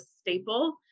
staple